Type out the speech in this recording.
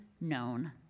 known